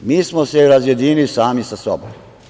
mi smo se razjedinili sami sa sobom.